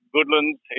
Goodlands